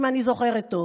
אם אני זוכרת טוב.